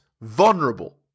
vulnerable